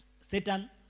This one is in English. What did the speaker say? Satan